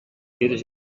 fires